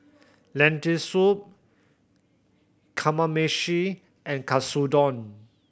Lentil Soup Kamameshi and Katsudon